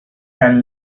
can